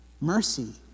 Mercy